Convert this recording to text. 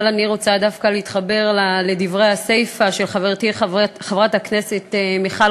אבל אני רוצה דווקא להתחבר לסיפה של דברי חברתי חברת הכנסת מיכל